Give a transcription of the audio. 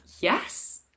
yes